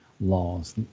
laws